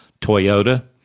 Toyota